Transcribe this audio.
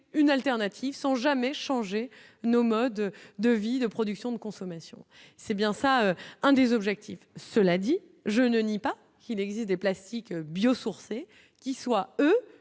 une alternative sans jamais changer nos modes de vie, de production, de consommation, c'est bien ça, un des objectifs, cela dit, je ne nie pas qu'il existe des plastiques bio-sourcées qui soient, eux,